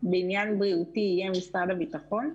בעניין בריאותי יהיה משרד הביטחון?